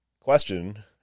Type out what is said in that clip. question